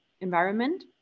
environment